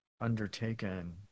undertaken